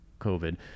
COVID